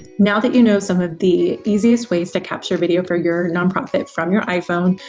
now that you know some of the easiest ways to capture video for your nonprofit from your iphone,